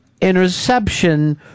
interception